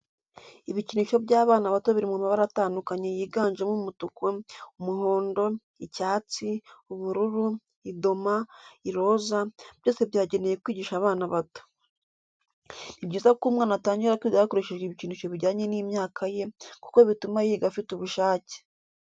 Ibikinisho by'abana bato biri mu mabara atandukanye yiganjemo umutuku, umuhondo, icyatsi, ubururu, idoma, iroza, byose byagenewe kwigisha abana bato. Ni byiza ko umwana atangira kwiga hakoreshejwe ibikinisho bijyanye n'imyaka ye kuko bituma yiga afite ubushake.